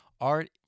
Art